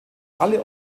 alle